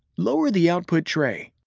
lower the output tray.